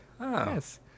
Yes